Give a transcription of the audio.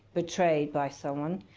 betrayed by someone,